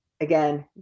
Again